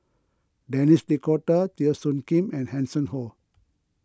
Denis D'Cotta Teo Soon Kim and Hanson Ho